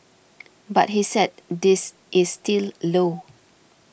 but he said this is still low